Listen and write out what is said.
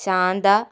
Shantha